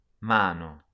Mano